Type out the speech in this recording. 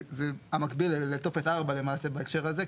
זה המקביל לטופס 4 למעשה בהקשר הזה,